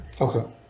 Okay